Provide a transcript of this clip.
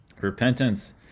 repentance